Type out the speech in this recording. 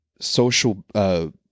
social